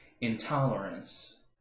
intolerance